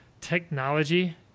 technology